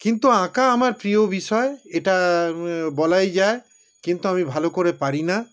কিন্তু আঁকা আমার প্রিয় বিষয় এটা বলাই যায় কিন্তু আমি ভালো করে পারি না